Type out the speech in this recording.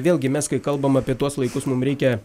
vėlgi mes kai kalbam apie tuos laikus mum reikia